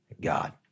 God